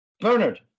Bernard